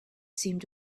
seemed